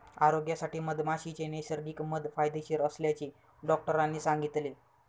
आरोग्यासाठी मधमाशीचे नैसर्गिक मध फायदेशीर असल्याचे डॉक्टरांनी सांगितले